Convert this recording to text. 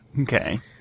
Okay